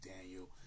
Daniel